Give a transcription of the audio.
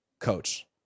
coach